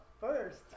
first